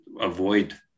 avoid